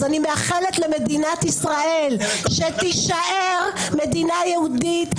אז אני מאחלת למדינת ישראל שתישאר מדינה יהודית,